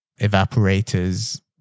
evaporators